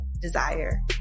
desire